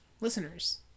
Listeners